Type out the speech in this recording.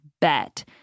bet